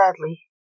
sadly